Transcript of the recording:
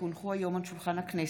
כי הונחו היום על שולחן הכנסת,